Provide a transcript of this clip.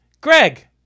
Greg